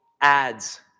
ads